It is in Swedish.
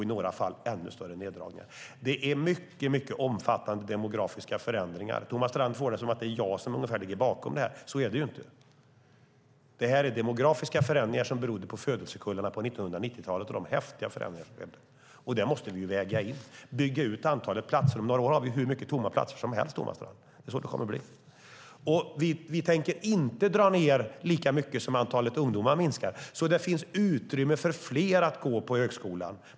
I några fall är det ännu större neddragningar. Det är mycket omfattande demografiska förändringar. Thomas Strand får det att låta ungefär som att det är jag som ligger bakom det här. Så är det inte. Det här är demografiska förändringar som beror på födelsekullarna under 1990-talet och de häftiga förändringar som skedde. Det måste vi väga in. Om vi bygger ut antalet platser har vi om några år hur mycket tomma platser som helst, Thomas Strand. Det är så det kommer att bli. Vi tänker inte dra ned lika mycket som antalet ungdomar minskar, så det finns utrymme för fler att gå på högskolan.